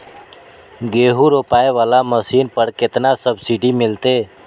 गेहूं रोपाई वाला मशीन पर केतना सब्सिडी मिलते?